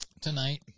tonight